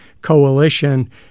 coalition